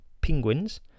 Penguins